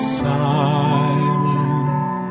silent